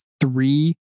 three